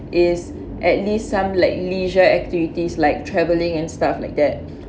is at least some like leisure activities like travelling and stuff like that